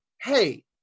hey